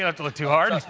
and to look too hard.